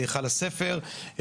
להיכל הספר,